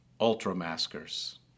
ultra-maskers